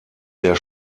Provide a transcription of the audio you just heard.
der